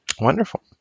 Wonderful